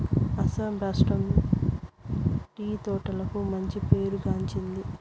అస్సాం రాష్ట్రం టీ తోటలకు మంచి పేరు గాంచింది